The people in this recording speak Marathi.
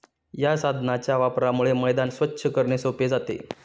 या साधनाच्या वापरामुळे मैदान स्वच्छ करणे सोपे जाते